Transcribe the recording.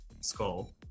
Skull